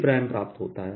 3dV प्राप्त होता है